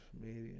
media